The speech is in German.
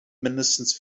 mindestens